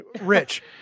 Rich